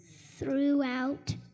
throughout